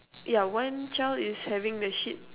ya one child is having the sheet